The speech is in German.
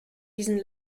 diesen